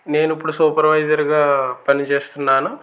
నేను ఇప్పుడు సూపర్వైజర్గా పని చేస్తున్నాను